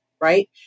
right